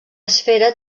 esfera